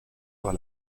par